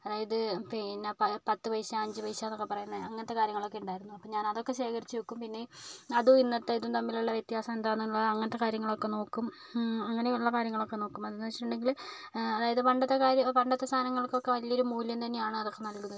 അതായത് പിന്നെ പത്ത് പൈസ അഞ്ചു പൈസ എന്നൊക്കെ പറയുന്ന അങ്ങനത്തേ കാര്യങ്ങളൊക്കെ ഉണ്ടായിരുന്നു അപ്പോൾ ഞാൻ അതൊക്കെ ശേഖരിച്ചു വയ്ക്കും പിന്നേ അതും ഇന്നത്തേതും തമ്മിലുള്ള വ്യത്യാസം എന്താന്നുള്ള അങ്ങനത്തെ കാര്യങ്ങളൊക്കെ നോക്കും അങ്ങനെയുള്ള കാര്യങ്ങളൊക്കെ നോക്കും എന്താന്നുവെച്ചിട്ടുണ്ടെങ്കിൽ അതായത് പണ്ടത്തെ കാര്യം പണ്ടത്തെ സാധനങ്ങൾക്കൊക്കെ വലിയൊരു മൂല്യം തന്നെയാണ് അതൊക്കെ നൽകുന്നത്